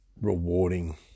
rewarding